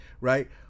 right